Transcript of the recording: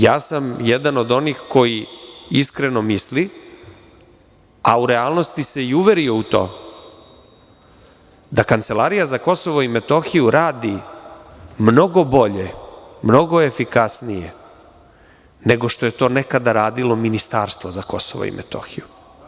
Ja sam jedan od onih koji iskreno misli, a u relanosti se i uverio u to, da Kancelarija za Kosovo i Metohiju radi mnogo bolje, mnogo efikasnije, nego što je to nekada radilo Ministarstvo za Kosovo i Metohiju.